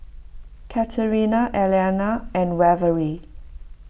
Katerina Elliana and Waverly